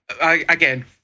again